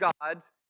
gods